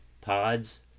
pods